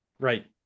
Right